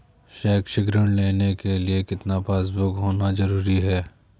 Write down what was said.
शैक्षिक ऋण लेने के लिए कितना पासबुक होना जरूरी है?